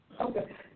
Okay